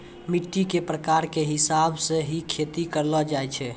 मिट्टी के प्रकार के हिसाब स हीं खेती करलो जाय छै